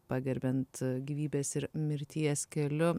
pagerbiant gyvybės ir mirties keliu